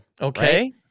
Okay